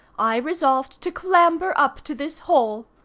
i resolved to clamber up to this hole.